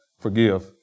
forgive